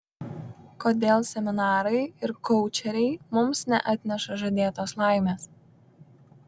kodėl seminarai ir koučeriai mums neatneša žadėtos laimės